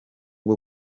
bwo